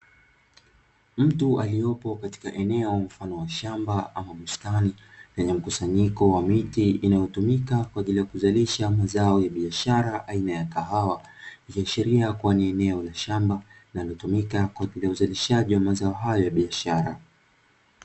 Mtu aliyepo katika eneo mfano wa shamba ama bustani lenye mkusanyiko wa miti inayo tumika kwa ajili ya kuzalisha mazao ya biashara aina ya kahawa. Ikiashiria kua ni eneo la shamba linalotumika kwa ajili ya uzalishaji wa mazao hayo ya biashara.